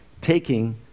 taking